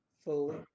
Fully